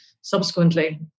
subsequently